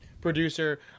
Producer